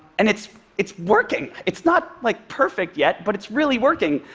and it's it's working. it's not, like, perfect yet, but it's really working.